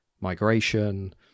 migration